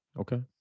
okay